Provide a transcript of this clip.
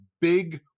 big